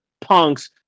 punks